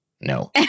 No